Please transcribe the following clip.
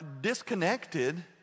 disconnected